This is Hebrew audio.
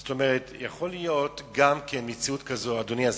זאת אומרת, יכולה להיות גם מציאות כזו, אדוני השר,